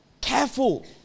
careful